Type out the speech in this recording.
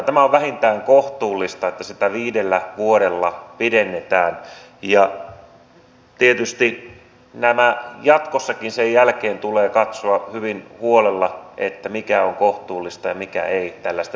tämä on vähintään kohtuullista että sitä viidellä vuodella pidennetään ja tietysti jatkossakin sen jälkeen tulee katsoa hyvin huolella mikä on kohtuullista ja mikä ei tällaisten maksujen suhteen